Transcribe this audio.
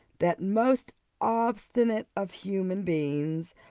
that most obstinate of human beings,